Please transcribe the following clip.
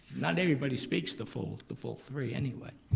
not everybody speaks the full the full three anyway.